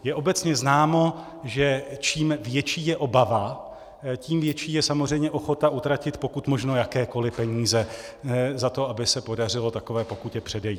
Je obecně známo, že čím větší je obava, tím větší je samozřejmě ochota utratit pokud možno jakékoli peníze za to, aby se podařilo takové pokutě předejít.